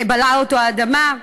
בלעה אותו האדמה.